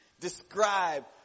describe